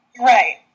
Right